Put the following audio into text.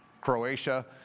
Croatia